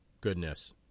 Goodness